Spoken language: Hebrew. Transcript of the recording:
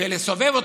ולסובב אותו,